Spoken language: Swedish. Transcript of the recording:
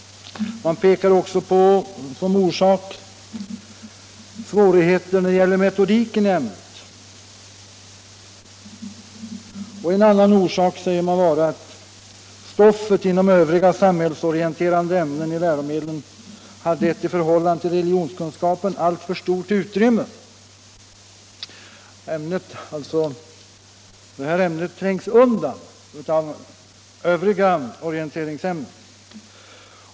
Man pekar också på svårigheten då det gäller metodiken i ämnet. En annan orsak säger man vara att stoffet inom övriga samhällsorienterade ämnen i läromedlen getts ett i förhållande till religionskunskapen alltför stort utrymme. Religionskunskapen trängs alltså undan av övriga orienteringsämnen.